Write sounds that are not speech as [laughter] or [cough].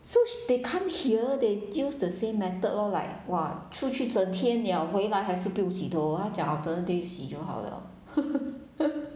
so they come here they use the same method lor like !wah! 出去整天 liao 回来还是不用洗头她讲 alternate days 洗就好 liao [laughs]